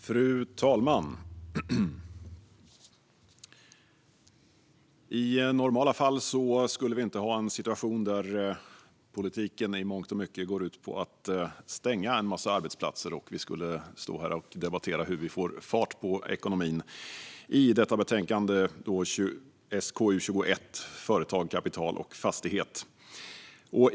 Fru talman! I normala fall skulle vi inte ha en situation där politiken i mångt och mycket går ut på att stänga en massa arbetsplatser. Vi skulle i stället debattera hur vi får fart på ekonomin, enligt betänkande SkU21 Företag, kapital och fastighet .